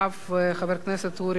חבר הכנסת אורי אריאל.